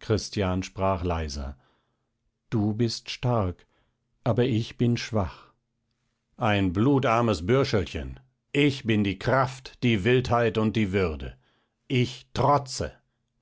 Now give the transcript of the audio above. christian sprach leiser du bist stark aber ich bin schwach ein blutarmes bürschelchen ich bin die kraft die wildheit und die würde ich trotze